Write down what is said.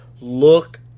look